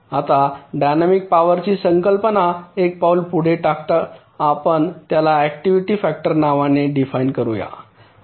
आता डायनॅमिक पॉवरची संकल्पना एक पाऊल पुढे टाकत आपण त्याला अॅक्टिव्हिटी फॅक्टर नावाने डिफाइन करूया